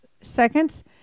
seconds